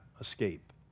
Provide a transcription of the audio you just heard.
escape